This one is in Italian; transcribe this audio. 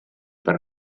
per